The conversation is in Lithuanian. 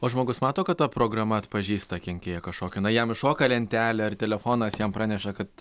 o žmogus mato kad ta programa atpažįsta kenkėją kažkokį na jam iššoka lentelė ar telefonas jam praneša kad